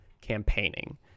campaigning